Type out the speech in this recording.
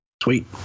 sweet